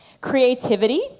Creativity